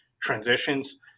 transitions